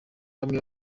bamwe